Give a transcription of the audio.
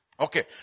Okay